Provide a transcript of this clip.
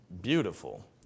beautiful